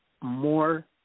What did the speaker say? more